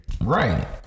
Right